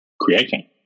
creating